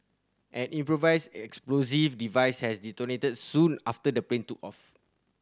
an improvised explosive device had detonated soon after the plane took off